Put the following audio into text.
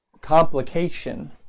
complication